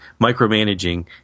micromanaging